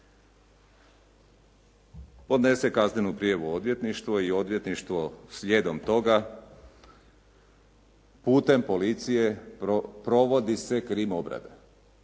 Podnese kaznenu prijavu odvjetništvu, odvjetništvo slijedom toga putem policije, provodi se krim obrada.